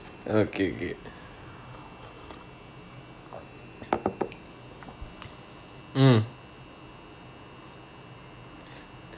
okay okay mm